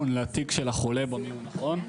והוא גם נכנס למיון, לתיק של החולה במיון, נכון?